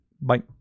bye